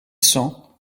cents